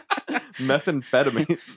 Methamphetamine